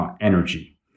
energy